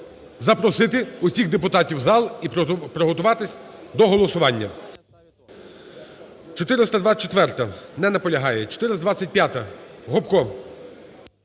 запросити всіх депутатів в зал і приготуватись до голосування. 424-а. Не наполягає. 425-а. Гопко.